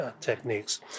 techniques